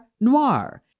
Noir